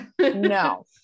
No